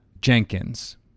Jenkins